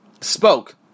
spoke